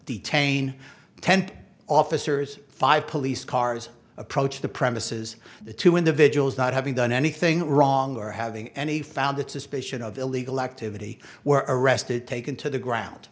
detain tend officers five police cars approach the premises the two individuals not having done anything wrong or having any found that suspicion of illegal activity were arrested taken to the ground